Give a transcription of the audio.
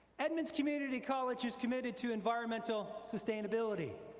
edmonds community college is committed to environmental sustainability.